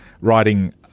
writing